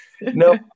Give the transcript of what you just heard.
No